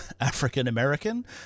African-American